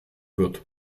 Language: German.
wird